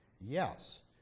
Yes